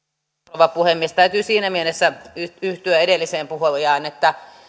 rouva puhemies täytyy siinä mielessä yhtyä edelliseen puhujaan että